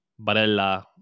Barella